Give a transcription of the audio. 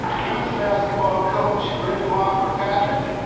women's basketball coach, brenda mock kirkpatrick,